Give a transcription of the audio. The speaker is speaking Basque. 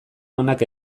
onak